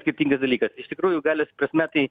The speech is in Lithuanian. skirtingas dalykas iš tikrųjų galios prasme tai